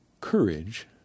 courage